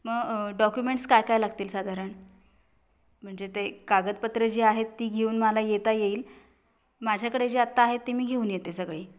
मग डॉक्युमेंट्स काय काय लागतील साधारण म्हणजे ते कागदपत्र जी आहेत ती घेऊन मला येता येईल माझ्याकडे जे आत्ता आहे ते मी घेऊन येते सगळी